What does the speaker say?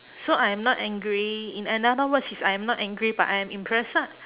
so I'm not angry in another words is I am not angry but I am impressed lah